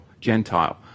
Gentile